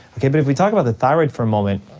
okay, but if we talk about the thyroid for a moment,